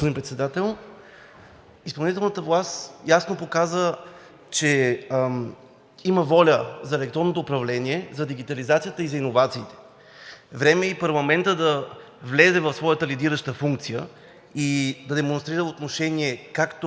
Уважаеми господин Председател! Изпълнителната власт ясно показа, че има воля за електронното управление, за дигитализацията и за иновациите. Време е и парламентът да влезе в своята лидираща функция и да демонстрира отношение както